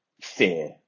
fear